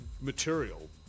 material